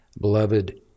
beloved